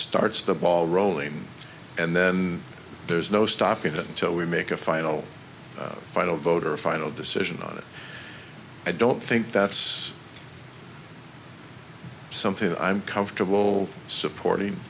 starts the ball rolling and then there's no stopping it until we make a final final vote or a final decision on it i don't think that's something i'm comfortable supporting